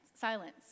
silence